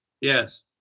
Yes